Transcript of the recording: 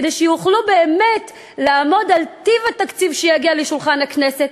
כדי שיוכלו באמת לעמוד על טיב התקציב שיגיע לשולחן הכנסת.